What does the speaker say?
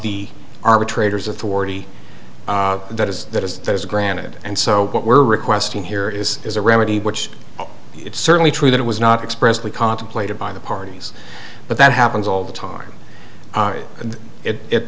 the arbitrators authority that is that is that is granted and so what we're requesting here is a remedy which it's certainly true that it was not expressly contemplated by the parties but that happens all the time and it it